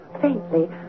faintly